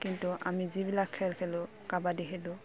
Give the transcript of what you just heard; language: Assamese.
কিন্তু আমি যিবিলাক খেল খেলোঁ কাবাডী খেলোঁ